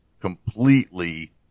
completely